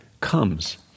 comes